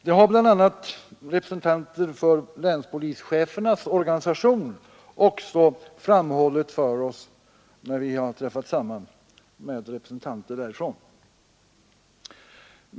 Det har bl.a. också representanter för länspolischefernas organisation framhållit för oss när vi har träffat samman.